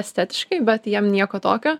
estetiškai bet jiem nieko tokio